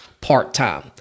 part-time